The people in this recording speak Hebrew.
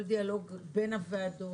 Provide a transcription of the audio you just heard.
כל דיאלוג בין הוועדות,